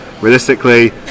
Realistically